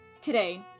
today